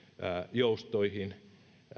joustoihin